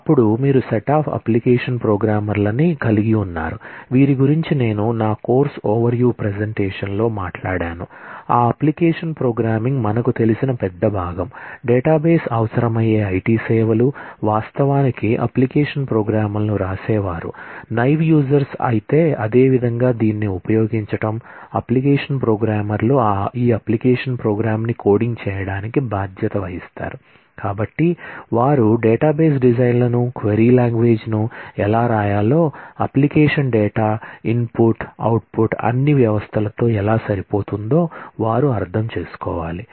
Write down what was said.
అప్పుడు మీరు set of application ప్రోగ్రామర్ల ని అన్ని వ్యవస్థలు తో ఎలా సరిపోతుందో వారు అర్థం చేసుకోవాలి